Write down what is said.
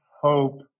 hope